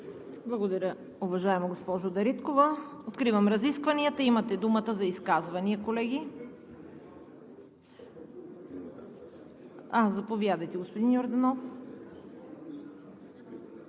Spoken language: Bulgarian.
Благодаря, уважаема госпожо Дариткова. Откривам разискванията. Имате думата за изказвания, колеги. Заповядайте, господин Йорданов.